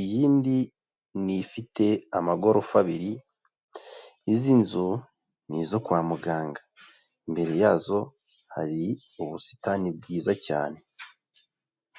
iyindi ni ifite amagorofa abiri, izi nzu ni izo kwa muganga, imbere yazo hari ubusitani bwiza cyane.